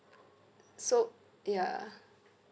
so ya